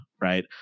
right